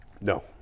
No